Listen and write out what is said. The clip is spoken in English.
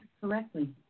correctly